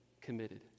committed